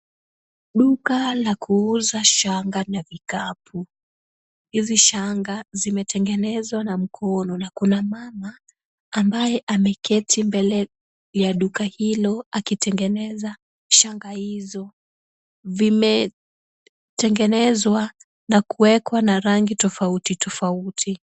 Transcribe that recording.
Duka la kuuza shanga na vikapu. Hizi shanga zimetengenezwa na mkono, na kuna mama ambaye ameketi mbele ya duka hilo akitengeneza shanga hizo, vimetengenezwa na kuwekwa na rangi tofauti tofauti.